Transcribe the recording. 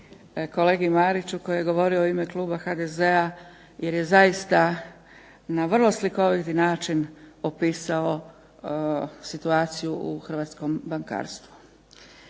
kolegi Mariću koji je govorio u ime Kluba HDZ-a jer je zaista na vrlo slikoviti način opisao situaciju u hrvatskom bankarstvu.